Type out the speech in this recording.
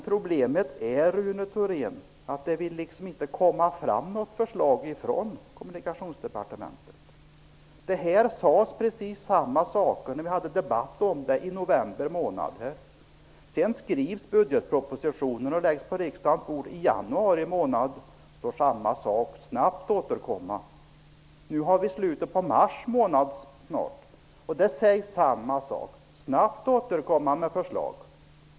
Problemet är, Rune Thorén, att det liksom inte vill komma fram något förslag från Kommunikationsdepartementet. Precis samma saker sades vid en debatt i november månad. Sedan skrevs budgetpropositionen och lades på riksdagens bord i januari månad. Där står samma sak, att man snabbt skall återkomma. Nu har vi snart slutet på mars månad, och samma sak sägs nu, att man snabbt skall återkomma med förslag.